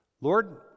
Lord